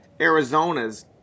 Arizona's